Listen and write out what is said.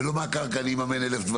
ולא --- עליי